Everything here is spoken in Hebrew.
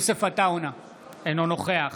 אינו נוכח